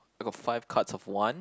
I got five cards of one